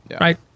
right